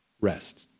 Rest